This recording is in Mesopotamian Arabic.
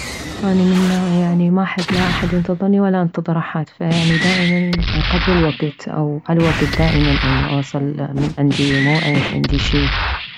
اني من نوع يعني ما احب لا احد ينتظرني ولا انتظر احد فيعني دائما قبل الوكت او عالوكت دائما انه اوصل من عندي موعد عندي شي